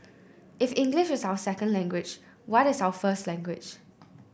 if English is our second language what is our first language